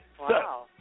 Wow